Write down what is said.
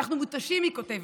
אנחנו מותשים, היא כותבת,